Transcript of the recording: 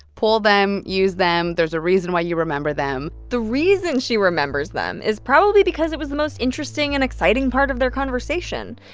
pull them. use them. there's a reason why you remember them the reason she remembers them is probably because it was the most interesting and exciting part of their conversation.